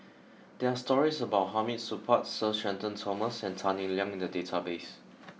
there are stories about Hamid Supaat Sir Shenton Thomas and Tan Eng Liang in the database